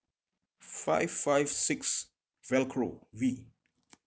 five five six velcro V